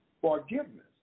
forgiveness